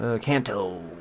Canto